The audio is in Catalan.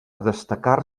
destacar